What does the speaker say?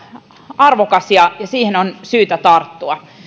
arvokas ja ja siihen on syytä tarttua